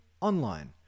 online